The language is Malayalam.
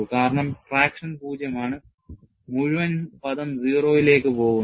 കാരണം ട്രാക്ഷൻ പൂജ്യമാണ് മുഴുവൻ പദം 0 ലേക്ക് പോകുന്നു